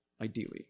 ideally